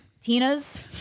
Tina's